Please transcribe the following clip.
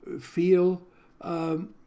feel